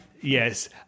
Yes